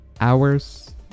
Hours